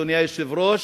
אדוני היושב-ראש,